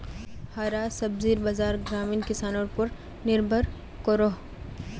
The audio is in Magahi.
हरा सब्जिर बाज़ार ग्रामीण किसनर पोर निर्भर करोह